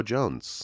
Jones